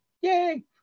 Yay